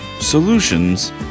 solutions